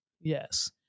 yes